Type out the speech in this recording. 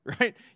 right